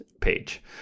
page